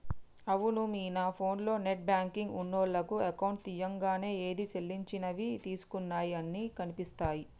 అవును మీనా ఫోన్లో నెట్ బ్యాంకింగ్ ఉన్నోళ్లకు అకౌంట్ తీయంగానే ఏది సెల్లించినవి తీసుకున్నయి అన్ని కనిపిస్తాయి